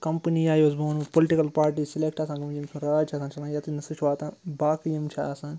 company یا یۄس بہٕ وَنو پُلٹِکَل پاٹی سِلٮ۪کٹ آسان گٔمٕژ ییٚمیُک راج چھِ آسان چَلان یَتٮ۪ن نہٕ سُہ چھِ واتان باقٕے یِم چِھ آسان